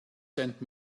sent